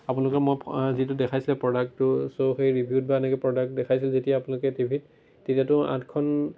আপোনালোকে মই যিটো দেখাইছিলে প্ৰডাক্টটো চ' সেই ৰিভিউত বা এনেকৈ প্ৰডাক্ট দেখাইছে যেতিয়া আপোনালোকে টিভিত তেতিয়াতো আঠখন